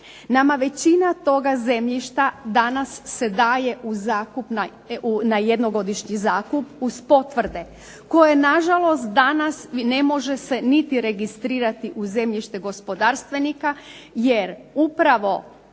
Nama većina toga zemljišta se nama daje na jednogodišnji zakup uz potvrde, koje na žalost danas ne može se niti registrirati niti u zemljište gospodarstvenika jer upravo